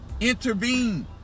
Intervene